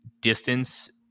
distance